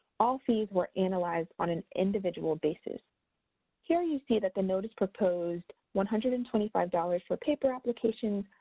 all fees were analyzed on an individual basis here you see that the notice proposed one hundred and twenty five dollars for paper application,